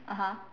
(uh huh)